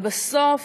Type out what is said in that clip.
ובסוף,